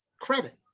credit